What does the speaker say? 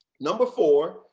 number four,